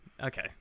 Okay